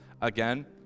again